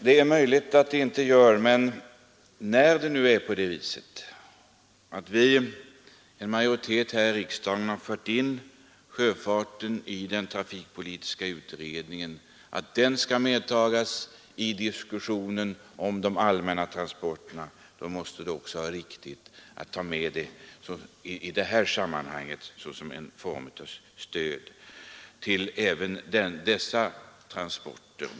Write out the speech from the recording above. Det är möjligt att så är fallet, men när vi som bildar en majoritet här i riksdagen har hävdat att sjöfarten skall införas i den trafikpolitiska utredningen och detta medtagas i diskussionen om de samlade transporterna, då måste det även vara riktigt att i det här sammanhanget medtaga sjöfarten.